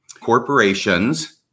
Corporations